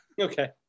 Okay